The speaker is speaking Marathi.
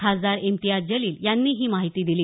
खासदार इम्तियाज जलील यांनी ही माहिती दिली